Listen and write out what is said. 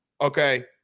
Okay